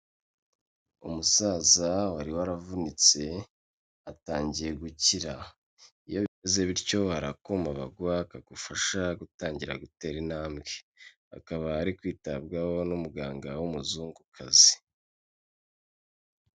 Umusaza wari waravunitse atangiye gukira. Iyo bimeze bityo, hari akuma baguha kagufasha gutangira gutera intambwe. Akaba ari kwitabwaho n'umuganga w'umuzungukazi.